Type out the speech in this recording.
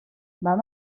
vam